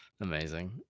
Amazing